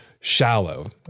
shallow